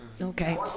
Okay